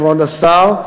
כבוד השר,